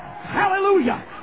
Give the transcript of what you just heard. Hallelujah